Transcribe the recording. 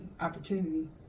opportunity